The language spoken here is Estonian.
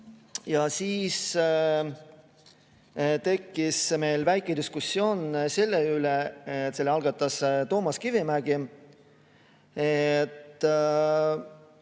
Ja siis tekkis meil väike diskussioon selle üle – selle algatas Toomas Kivimägi –, et